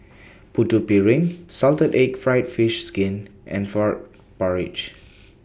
Putu Piring Salted Egg Fried Fish Skin and Frog Porridge